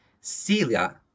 Celia